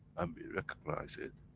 and we recognize it,